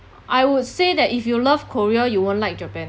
I would say that if you love korea you won't like japan